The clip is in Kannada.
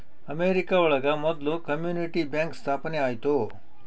ಅಮೆರಿಕ ಒಳಗ ಮೊದ್ಲು ಕಮ್ಯುನಿಟಿ ಬ್ಯಾಂಕ್ ಸ್ಥಾಪನೆ ಆಯ್ತು